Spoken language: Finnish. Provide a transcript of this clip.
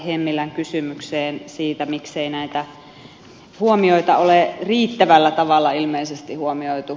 hemmilän kysymykseen siitä miksei näitä huomioita ole riittävällä tavalla ilmeisesti huomioitu